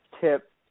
tip